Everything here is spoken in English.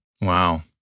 Wow